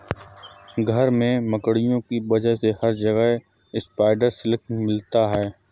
घर में मकड़ियों की वजह से हर जगह स्पाइडर सिल्क मिलता है